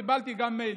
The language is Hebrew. קיבלתי גם מייל.